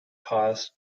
cost